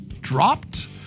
dropped